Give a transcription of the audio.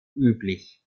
üblich